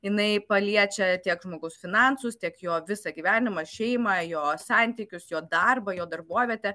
jinai paliečia tiek žmogaus finansus tiek jo visą gyvenimą šeimą jo santykius jo darbą jo darbovietę